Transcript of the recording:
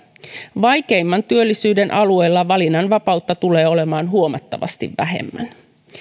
vaikeimman työllisyyden alueella valinnanvapautta tulee olemaan huomattavasti vähemmän